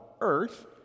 earth